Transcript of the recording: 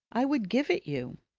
i would give it you!